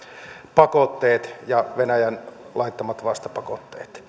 pakotteet ja venäjän laittamat vastapakotteet